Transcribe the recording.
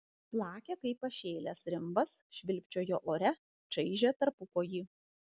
plakė kaip pašėlęs rimbas švilpčiojo ore čaižė tarpukojį